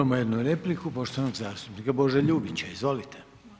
Imamo jednu repliku poštovanog zastupnika Bože Ljubića, izvolite.